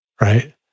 right